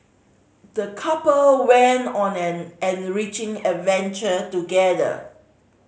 the couple went on an enriching adventure together